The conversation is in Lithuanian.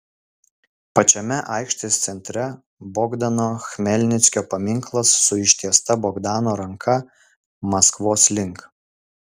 pačiame aikštės centre bogdano chmelnickio paminklas su ištiesta bogdano ranka maskvos link